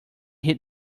hit